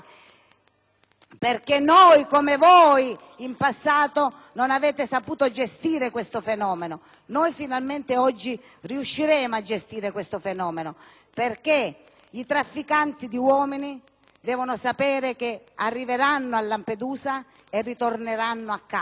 perché noi come voi in passato non abbiamo saputo gestire questo fenomeno. Noi finalmente oggi riusciremo a farlo perché i trafficanti di uomini devono sapere che arriveranno a Lampedusa e ritorneranno a casa.